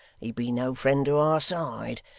he'd be no friend to our side,